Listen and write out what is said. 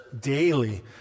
daily